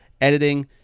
editing